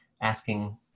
asking